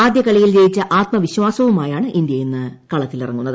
ആദ്യ കളിയിൽ ജയിച്ച ആത്മവിശ്വാസവുമായാണ് ഇന്ത്യ ഇന്ന് കളത്തിലിറങ്ങുന്നത്